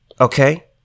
Okay